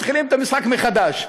מתחילים את המשחק מחדש.